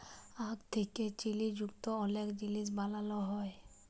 আখ থ্যাকে চিলি যুক্ত অলেক জিলিস বালালো হ্যয়